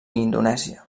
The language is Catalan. indonèsia